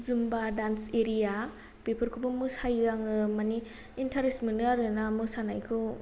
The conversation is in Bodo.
जुम्बा डान्स एरिया बेफोरखौबो मोसायो आङो मानि इन्टारेस्ट मोनो आरोना मोसानायखौ